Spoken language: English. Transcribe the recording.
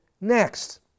next